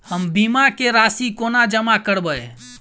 हम बीमा केँ राशि कोना जमा करबै?